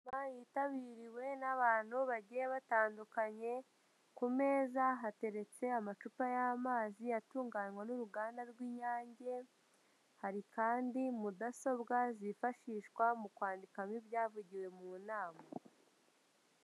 Inama yitabiriwe n'abantu bagiye batandukanye, ku meza hateretse amacupa y'amazi atunganywa n'uruganda rw'inyange, hari kandi mudasobwa zifashishwa mu kwandikamo ibyavugiwe mu nama.